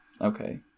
Okay